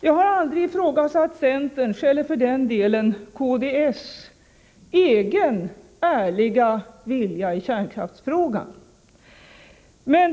Jag har aldrig ifrågasatt centerns eller för den delen kds egen ärliga vilja i kärnkraftsfrågan.